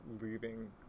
leaving